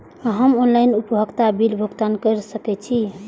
हम ऑनलाइन उपभोगता बिल भुगतान कर सकैछी?